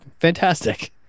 fantastic